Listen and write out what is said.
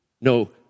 no